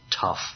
tough